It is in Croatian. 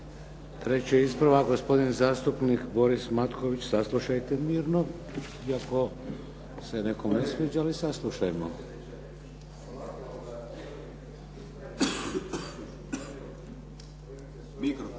Treći ispravak, gospodin zastupnik Boris Matković. Saslušajte mirno iako se nekome ne sviđa, ali saslušajmo. **Matković,